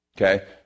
Okay